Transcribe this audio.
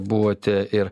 buvote ir